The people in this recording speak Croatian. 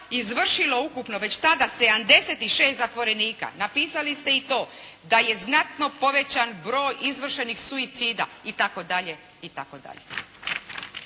izvršilo ukupno već tada 76 zatvorenika. Napisali ste i to da je znatno povećan broj izvršenih suicida itd.